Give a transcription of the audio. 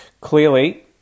Clearly